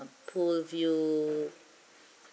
pool view